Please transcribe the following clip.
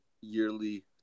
yearly